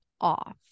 off